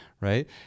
Right